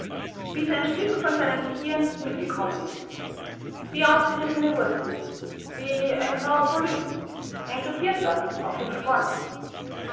bis ein stück von seinem gehirn mitgekommen ist wie ausgerissene wurzeln wie ein grauer polyp ein krepierter auf dem sporn